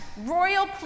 royal